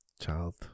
child